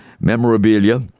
memorabilia